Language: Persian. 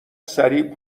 سریع